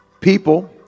people